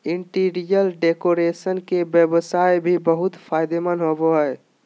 interior decoration के व्यवसाय भी बहुत फायदेमंद होबो हइ